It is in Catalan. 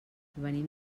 venim